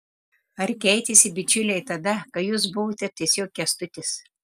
ar keitėsi bičiuliai tada kai jūs buvote tiesiog kęstutis